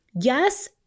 yes